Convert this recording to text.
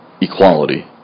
equality